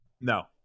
no